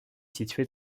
située